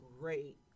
great